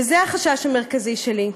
וזה החשש המרכזי שלי,